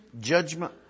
judgment